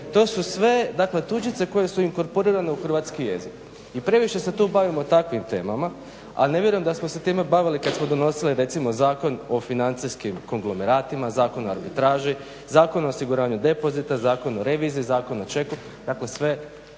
to su sve dakle tuđice koje su inkorporirane u hrvatski jezik i previše se tu bavimo takvim temama, a ne vjerujem da smo se time bacili kada smo donosili recimo Zakon o financijskim konglomeratima, Zakon o arbitraži, Zakon o osiguranju depozita, Zakon o reviziji, Zakon o checku, dakle sve